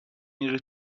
میره